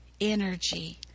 energy